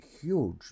huge